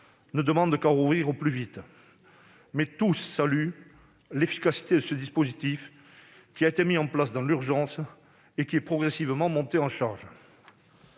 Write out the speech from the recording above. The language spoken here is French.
ne demandent qu'à rouvrir au plus vite. Mais tous saluent l'efficacité du fonds de solidarité, qui a été mis en place dans l'urgence et qui est progressivement monté en charge.